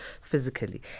physically